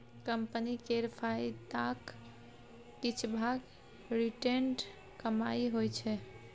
company केर फायदाक किछ भाग रिटेंड कमाइ होइ छै